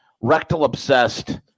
rectal-obsessed